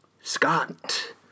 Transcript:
Scott